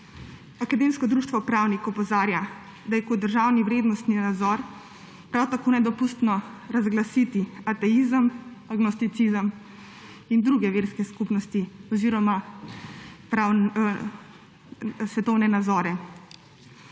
Akademsko društvo Pravnik opozarja, da je kot državni vrednostni nazor prav tako nedopustno razglasiti ateizem, agnosticizem in druge verske skupnosti oziroma svetovne nazore.